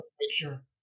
picture